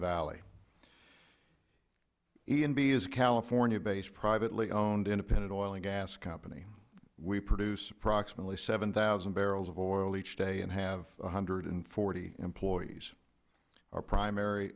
valley e and b is a californiabased privately owned independent oil and gas company we produce approximately seven thousand barrels of oil each day and have one hundred and forty employees our primary